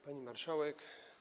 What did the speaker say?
Pani Marszałek!